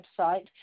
website